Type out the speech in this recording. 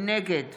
נגד